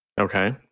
okay